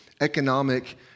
economic